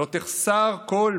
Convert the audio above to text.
לא תחסר כל בה,